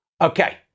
Okay